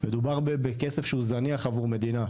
מדובר בכסף שהוא זניח עבוד מדינה,